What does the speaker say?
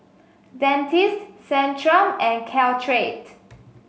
Dentiste Centrum and Caltrate